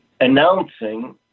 Announcing